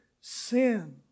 sin